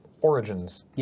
Origins